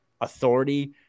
authority